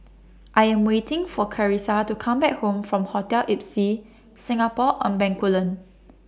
I Am waiting For Carisa to Come Back Home from Hotel Ibis Singapore on Bencoolen